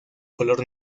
color